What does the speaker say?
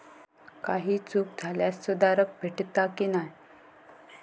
काही चूक झाल्यास सुधारक भेटता की नाय?